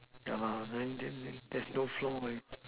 ya lah then then then there's no flow eh